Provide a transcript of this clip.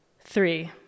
Three